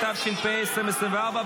התשפ"ה 2024,